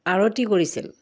আৰতি কৰিছিল